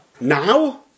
Now